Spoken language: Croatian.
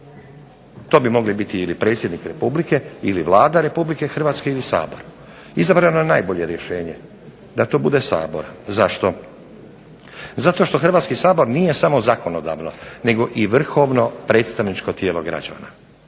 To bi mogli biti ili predsjednik Republike ili Vlada Republike Hrvatske ili Sabor. Izabrano je najbolje rješenje, da to bude Sabor. Zašto? Zato što Hrvatski sabor nije samo zakonodavno, nego i vrhovno predstavničko tijelo građana,